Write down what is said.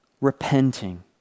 repenting